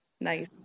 Nice